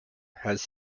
has